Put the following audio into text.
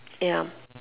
ya